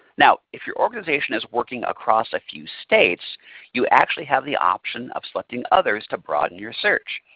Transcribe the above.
now if your organization is working across a few states you actually have the option of selecting others to broaden your search.